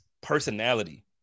personality